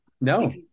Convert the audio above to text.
no